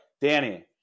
Danny